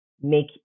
make